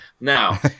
Now